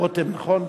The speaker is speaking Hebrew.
רותם, נכון?